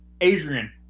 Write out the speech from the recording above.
Adrian